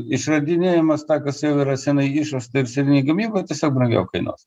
išradinėjamas ta kas jau yra seniai išrasta ir seniai gamyboj tiesiog brangiau kainuos